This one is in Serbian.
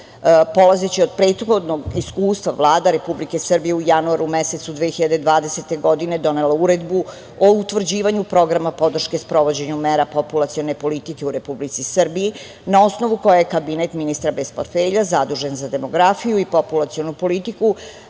polazeći od prethodnog iskustva, Vlada Republike Srbije u januaru mesecu 2020. godine donela Uredbu o utvrđivanju programa podrške sprovođenja mera populacione politike u Republici Srbiji na osnovu koje je kabinet ministra bez portfelja zadužen za demografiju i populacionu politiku,